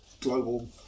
global